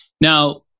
Now